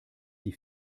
die